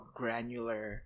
granular